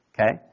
Okay